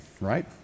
right